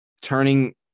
turning